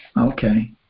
okay